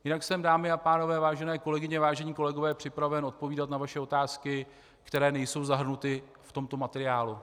Jinak jsem, dámy a pánové, vážené kolegyně, vážení kolegové, připraven odpovídat na vaše otázky, které nejsou zahrnuty v tomto materiálu.